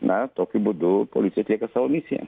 na tokiu būdu policija teikia savo misiją